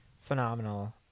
phenomenal